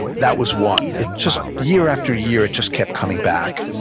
that was one. it just year after year, it just kept coming back.